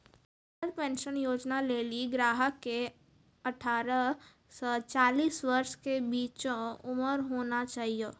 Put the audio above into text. Atal pension Yojana लेली ग्राहक के अठारह से चालीस वर्ष के बीचो उमर होना चाहियो